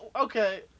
Okay